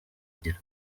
bigira